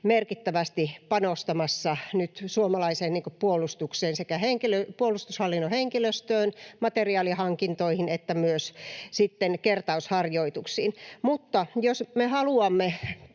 merkittävästi panostamassa nyt suomalaiseen puolustukseen: sekä puolustushallinnon henkilöstöön, materiaalihankintoihin että myös kertausharjoituksiin. Mutta jos me haluamme